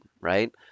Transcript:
right